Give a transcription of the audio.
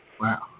Wow